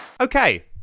Okay